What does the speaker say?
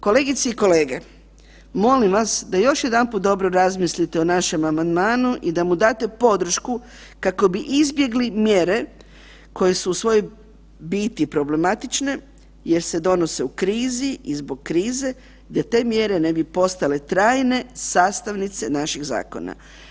Kolegice i kolege, molim vas da još jedanput dobro razmislite o našem amandmanu i da mu date podršku kako bi izbjegli mjere koje su u svojoj biti problematične jer se donose u krizi i zbog krize da te mjere ne bi postale trajne sastavnice našeg zakona.